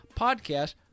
podcast